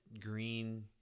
green